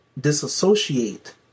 disassociate